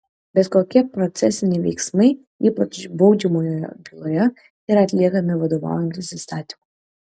bet kokie procesiniai veiksmai ypač baudžiamojoje byloje yra atliekami vadovaujantis įstatymu